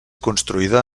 construïda